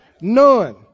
None